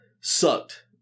sucked